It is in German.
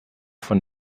von